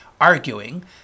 arguing